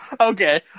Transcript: Okay